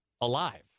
alive